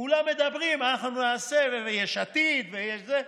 כולם מדברים: אנחנו נעשה, ויש עתיד, ויש זה.